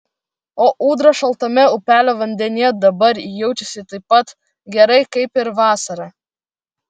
o ūdra šaltame upelio vandenyje dabar jaučiasi taip pat gerai kaip ir vasarą